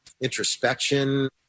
introspection